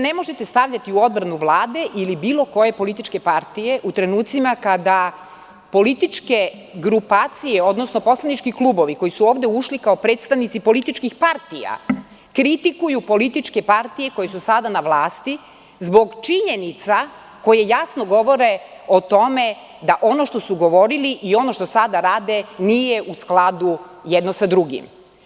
Nemožete se stavljati u odbranu Vlade ili bilo koje političke partije u trenucima kada političke grupacije, odnosno poslanički klubovi koji su ovde ušli kao predstavnici političkih partija, kritikuju političke partije koje su sada na vlasti zbog činjenica koje jasno govore o tome da ono što su govorili i ono što sada rade nije u skladu jedno sa drugim.